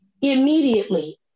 immediately